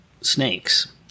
snakes